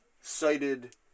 cited